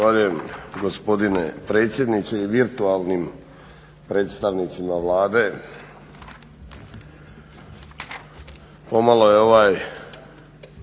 Zahvaljujem gospodine potpredsjedniče i virtualnim predstavnicima Vlade.